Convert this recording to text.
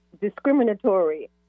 discriminatory